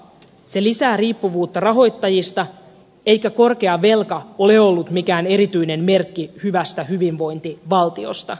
se lisää riippuvuutta rahoittajista eikä korkea velka ole ollut mikään erityinen merkki hyvästä hyvinvointivaltiosta